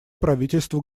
правительству